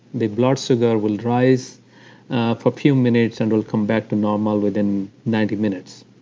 the blood sugar will rise for few minutes and will come back to normal within ninety minutes.